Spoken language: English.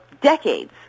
decades